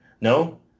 No